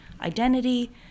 identity